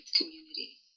community